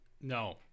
No